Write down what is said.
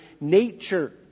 nature